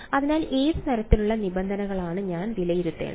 അതിനാൽ ഏത് തരത്തിലുള്ള നിബന്ധനകളാണ് ഞാൻ വിലയിരുത്തേണ്ടത്